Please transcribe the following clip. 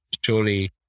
Surely